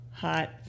hot